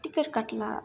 ticket କାଟିଲା